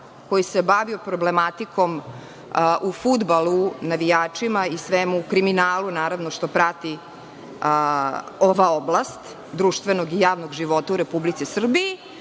koji se bavio problematiku u fudbalu, navijačima, kriminalu naravno, što prati ova oblast društvenog i javnog života u Republici Srbiji,